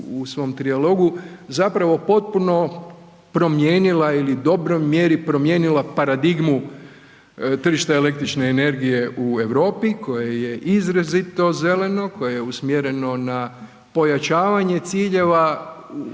u svom trijalogu zapravo potpuno promijenila ili u dobroj mjeri promijenila paradigmu tržišta električne energije u Europi koje je izrazito zeleno, koje je usmjereno na pojačavanje ciljeva udjela